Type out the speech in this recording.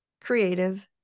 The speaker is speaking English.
creative